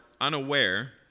unaware